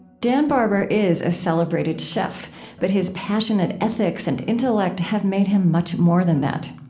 dan barber is a celebrated chef but his passionate ethics and intellect have made him much more than that.